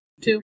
Two